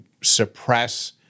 suppress